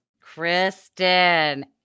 Kristen